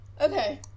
Okay